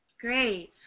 Great